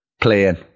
playing